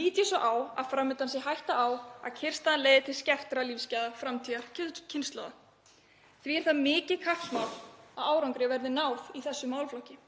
lít ég svo á að fram undan sé hætta á að kyrrstaðan leiði til skertra lífsgæða framtíðarkynslóða. Því er það mikið kappsmál að árangri verði náð í þessum málaflokki.